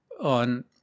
on